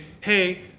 hey